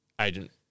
Agent